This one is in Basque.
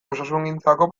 osasungintzako